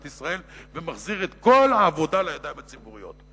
ישראל ומחזיר את כל העבודה לידיים הציבוריות.